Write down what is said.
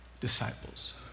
disciples